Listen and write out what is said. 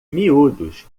miúdos